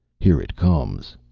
here it comes!